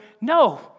No